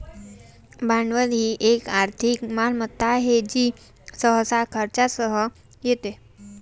भांडवल ही एक आर्थिक मालमत्ता आहे जी सहसा खर्चासह येते